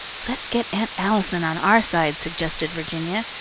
let's get aunt allison on our side, suggested virginia.